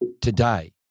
today